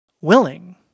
willing